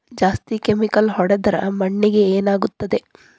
ಜಾಸ್ತಿ ಕೆಮಿಕಲ್ ಹೊಡೆದ್ರ ಮಣ್ಣಿಗೆ ಏನಾಗುತ್ತದೆ?